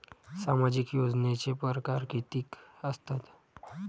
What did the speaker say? सामाजिक योजनेचे परकार कितीक असतात?